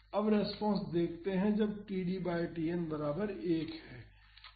अब रेस्पॉन्स देखते हैं जब td बाई Tn बराबर 1 है